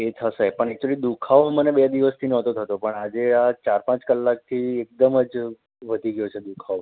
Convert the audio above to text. એ થશે પણ એકચ્યુલી દુ ખાવો મને બે દિવસથી નહોતો થતો પણ આજે આ ચાર પાંચ કલાકથી એકદમ જ વધી ગયો છે દુઃખાવો